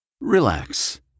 Relax